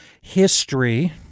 history